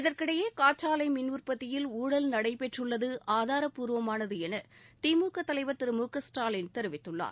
இதற்கிடையே காற்றாலை மின் உற்பத்தியில் ஊழல் நடைபெற்றுள்ளது ஆதாரப்பூர்வமானது என திமுக தலைவர் திரு மு க ஸ்டாலின் தெரிவித்துள்ளார்